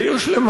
זו עיר שלמה,